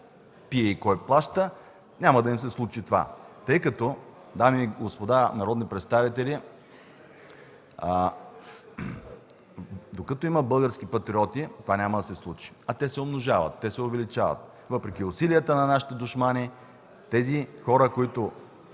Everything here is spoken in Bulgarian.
пие и кой плаща, няма да им се случи това! Дами и господа народни представители, докато има български патриоти, това няма да се случи, а те се умножават, те се увеличават въпреки усилията на нашите душмани. Хората, които